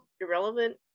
irrelevant